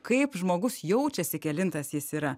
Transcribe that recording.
kaip žmogus jaučiasi kelintas jis yra